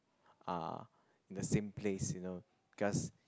uh the same place you know cause